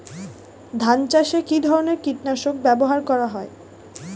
ধান চাষে কী ধরনের কীট নাশক ব্যাবহার করা হয়?